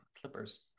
Clippers